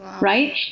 Right